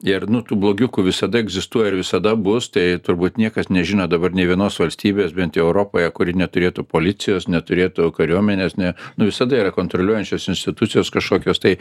ir nuo tų blogiukų visada egzistuoja ir visada bus tai turbūt niekas nežino dabar nė vienos valstybės bent jau europoje kuri neturėtų policijos neturėtų kariuomenės ne nu visada yra kontroliuojančios institucijos kažkokios tai